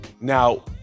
Now